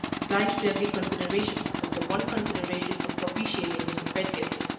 blind to every consideration but the one consideration of propitiating mr. pedgift,